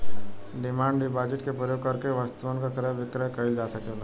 demand deposit के प्रयोग करके वस्तुअन के क्रय विक्रय कईल जा सकेला